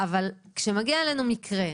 אבל כשמגיע אלינו מקרה,